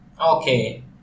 Okay